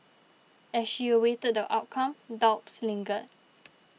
as she awaited the outcome doubts lingered